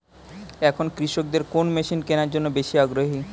এখন কৃষকদের কোন মেশিন কেনার জন্য বেশি আগ্রহী?